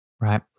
right